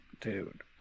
Dude